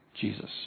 Jesus